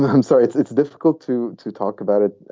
i'm sorry, it's it's difficult to to talk about it